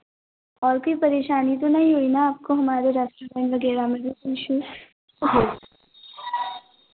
और कोई परेशानी तो नहीं हुई ना आपको हमारे रेस्टोरेंट वगैरह में भी इश्यूज़